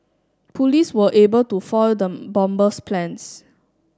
police were able to foil the bomber's plans